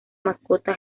mascota